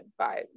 vibes